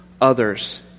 others